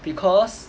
because